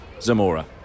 Zamora